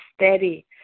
steady